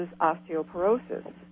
Osteoporosis